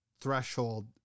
threshold